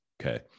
Okay